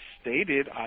stated